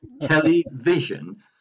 Television